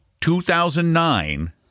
2009